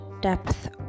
depth